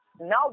now